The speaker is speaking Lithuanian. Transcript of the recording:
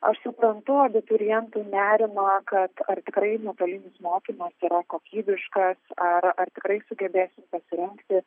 aš suprantu abiturientų nerimą kad ar tikrai nuotolinis mokymas yra kokybiškas ar ar tikrai sugebėsim pasirengti